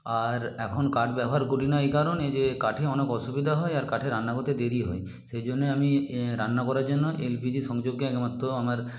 আর এখন কাঠ ব্যবহার করি না এই কারণে যে কাঠে অনেক অসুবিধা হয় আর কাঠে রান্না হতে দেরি হয় সেই জন্যে আমি রান্না করার জন্য এল পি জি সংযোগকে একমাত্র আমার